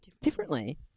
differently